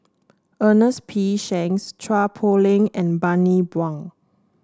Ernest P Shanks Chua Poh Leng and Bani Buang